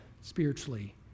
spiritually